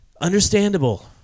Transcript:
Understandable